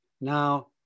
now